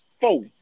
Four